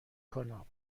کنم